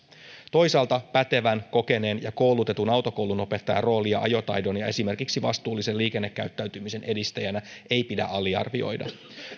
toisaalta pätevän kokeneen ja koulutetun autokoulunopettajan roolia ajotaidon ja esimerkiksi vastuullisen liikennekäyttäytymisen edistäjänä ei pidä aliarvioida